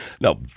No